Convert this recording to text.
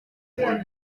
rôles